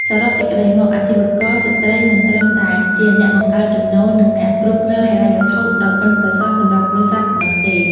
សរុបសេចក្ដីមក អាជីវករស្ត្រីមិនត្រឹមតែជាអ្នកបង្កើតចំណូល និងអ្នកគ្រប់គ្រងហិរញ្ញវត្ថុដ៏ប៉ិនប្រសប់សម្រាប់គ្រួសារប៉ុណ្ណោះទេ។